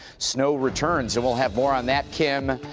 snow returns and we'll have more on that, kim,